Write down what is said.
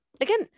again